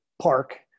park